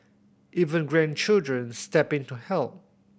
even grandchildren step in to help